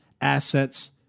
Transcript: assets